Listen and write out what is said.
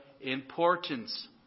importance